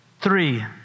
Three